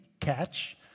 catch